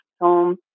home